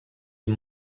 amb